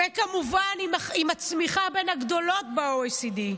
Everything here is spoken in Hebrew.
וכמובן עם הצמיחה בין הגדולות ב-OECD.